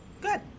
Good